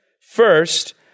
First